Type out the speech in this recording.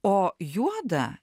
o juoda